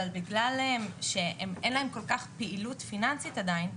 אבל בגלל שאין להם כל כך פעילות פיננסית עדיין,